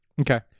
Okay